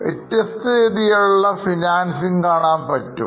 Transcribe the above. വ്യത്യസ്ത രീതികളിലുള്ള ഫിനാൻസിംഗ് കാണാൻ പറ്റും